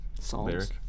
Songs